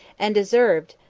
and deserved,